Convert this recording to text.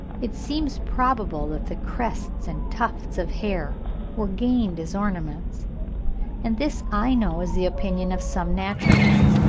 it seems probable that the crests and tufts of hair were gained as ornaments and this i know is the opinion of some naturalists.